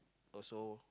also